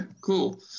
cool